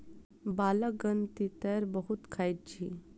बालकगण तेतैर बहुत खाइत अछि